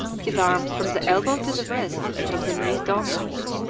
his arms, from the elbow to the wrist and from the knees downwards,